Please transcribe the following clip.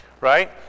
right